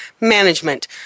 management